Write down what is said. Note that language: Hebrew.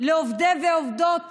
לעובדי ועובדות